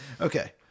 okay